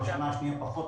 בשנה השנייה פחות,